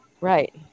Right